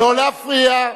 לא להפריע.